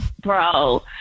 bro